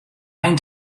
ein